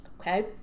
okay